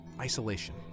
isolation